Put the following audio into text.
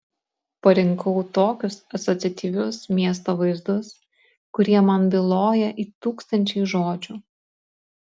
parinkau tokius asociatyvius miesto vaizdus kurie man byloja it tūkstančiai žodžių